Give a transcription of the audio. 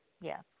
yes